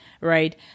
Right